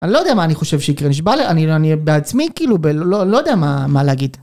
אני לא יודע מה אני חושב שיקרה נשבע, אני בעצמי כאילו לא יודע מה להגיד.